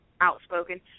outspoken